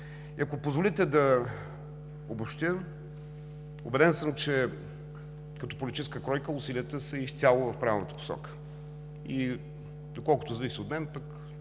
Ако позволите да обобщя. Убеден съм, че като политическа кройка усилията са изцяло в правилната посока. Доколкото зависи от мен, а пък